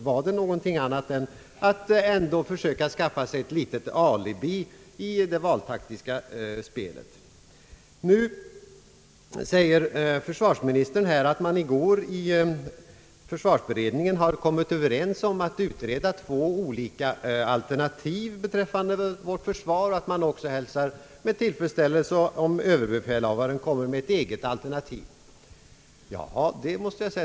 Var det någonting annat än att försöka skaffa sig ett litet alibi i det valtaktiska spelet? Nu säger försvarsministern att man i går i försvarsberedningen har kommit överens om att utreda två olika alternativ beträffande vårt försvar och att man också hälsar med tillfredsställelse om överbefälhavaren kommer med ett eget alternativ.